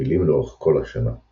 פעילים לאורך כל השנה;